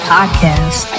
Podcast